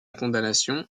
condamnation